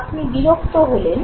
আপনি বিরক্ত হলেন